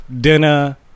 dinner